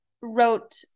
wrote